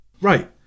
Right